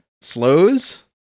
slows